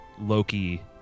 Loki